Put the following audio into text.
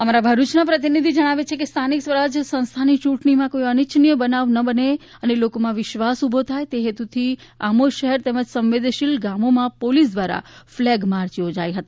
અમારા ભરૃચના પ્રતિનિધિ જણાવે છે કે સ્થાનિક સ્વરાજ્ય સંસ્થાઓની ચૂંટણીમાં કોઈ અનિચ્છનીય બનાવ ન બને અને લોકોમાં વિશ્વાસ ઊભો થાય તે હેતુથી આમોદ શહેર તેમજ સંવેદનશીલ ગામોમાં પોલીસ દ્વારા ફ્લેગમાર્ચ થોજાઈ ગઈ